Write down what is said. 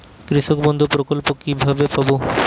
কৃষকবন্ধু প্রকল্প কিভাবে পাব?